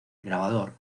grabador